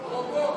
רובוט,